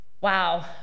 wow